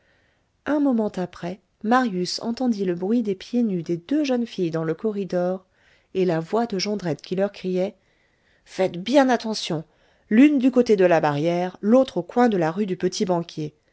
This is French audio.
un moment après marius entendit le bruit des pieds nus des deux jeunes filles dans le corridor et la voix de jondrette qui leur criait faites bien attention l'une du côté de la barrière l'autre au coin de la rue du